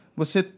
você